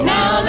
Now